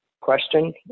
question